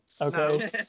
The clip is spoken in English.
Okay